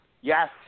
Yes